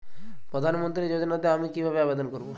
প্রধান মন্ত্রী যোজনাতে আমি কিভাবে আবেদন করবো?